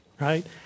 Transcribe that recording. right